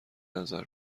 نظر